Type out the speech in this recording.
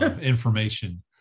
information